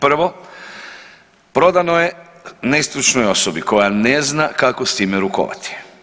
Prvo, prodano je nestručnoj osobi koja ne zna kako s time rukovati.